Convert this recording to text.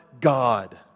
God